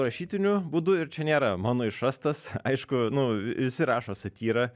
rašytiniu būdu ir čia nėra mano išrastas aišku nu visi rašo satyrą